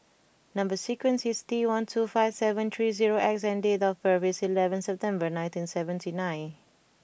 number sequence is T one two five seven three zero X and date of birth is eleven September nineteen seventy nine